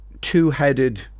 two-headed